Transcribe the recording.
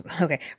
okay